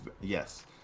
yes